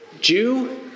Jew